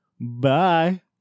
Bye